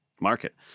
market